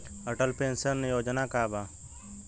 Atal pension Yojana का बा?